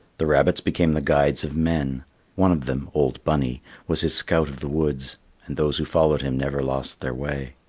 the rabbits became the guides of men one of them old bunny was his scout of the woods, and those who followed him never lost their way.